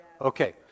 Okay